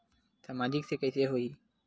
सामाजिक से कइसे होही?